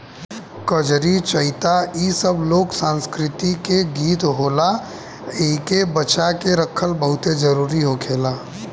कजरी, चइता इ सब लोक संस्कृति के गीत होला एइके बचा के रखल बहुते जरुरी होखेला